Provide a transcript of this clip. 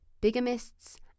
bigamists